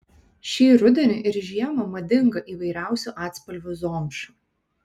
šį rudenį ir žiemą madinga įvairiausių atspalvių zomša